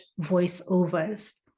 voiceovers